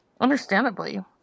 understandably